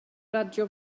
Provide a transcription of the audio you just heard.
radio